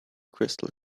crystal